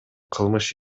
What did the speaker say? кылмыш